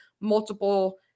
multiple